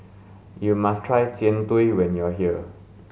you must try jian dui when you are here